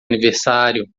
aniversário